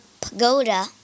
pagoda